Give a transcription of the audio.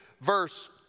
verse